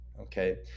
Okay